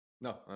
No